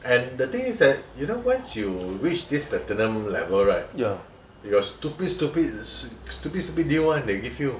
and the thing is that you know once you reach this platinum level right you got stupid stupid stupid stupid deal [one] they give you